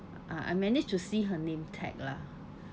I I managed to see her name tag lah